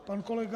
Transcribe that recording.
Pan kolega